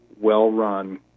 well-run